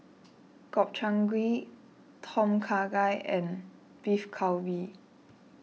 Gobchang Gui Tom Kha Gai and Beef Galbi